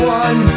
one